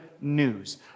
news